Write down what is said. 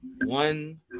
one